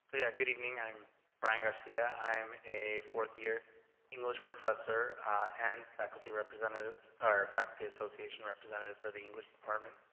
so yeah good evening i'm brian garcia i'm a fourth year english professor and faculty representative our faculty association representative for the english department